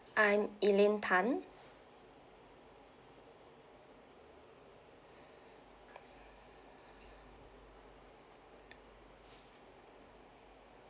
I'm elaine tan